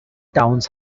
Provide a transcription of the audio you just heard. towns